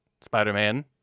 Spider-Man